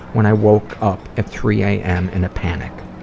when i woke up at three am in a panic.